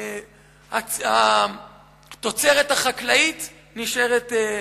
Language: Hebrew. התוצרת החקלאית נשארת,